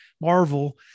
Marvel